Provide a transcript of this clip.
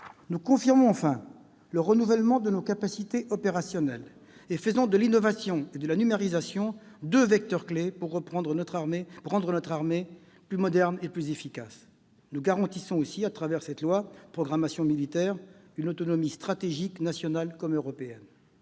Nous confirmons enfin le renouvellement de nos capacités opérationnelles et faisons de l'innovation et de la numérisation deux vecteurs clés pour rendre notre armée plus moderne et plus efficace. Nous garantissons aussi, à travers cette loi de programmation militaire, notre autonomie stratégique, nationale comme européenne.